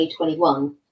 2021